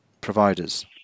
providers